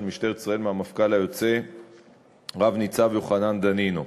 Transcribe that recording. משטרת ישראל מהמפכ"ל היוצא רב-ניצב יוחנן דנינו.